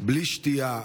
בלי שתייה,